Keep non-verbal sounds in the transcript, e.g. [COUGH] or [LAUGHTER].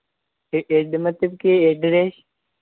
[UNINTELLIGIBLE] मतलब कि ऐड्रेस